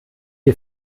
ihr